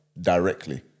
directly